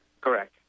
Correct